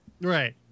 Right